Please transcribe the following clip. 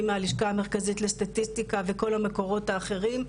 מהלשכה המרכזית לסטטיסטיקה וכל המקורות האחרים,